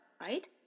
right